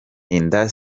inda